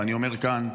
ואני אומר כאן: